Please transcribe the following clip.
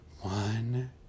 one